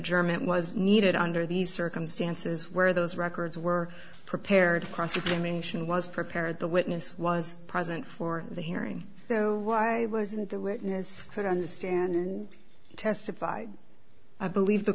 german was needed under these circumstances where those records were prepared cross examination was prepared the witness was present for the hearing so why wasn't the witness put on the stand and testified i believe the